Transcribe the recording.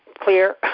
clear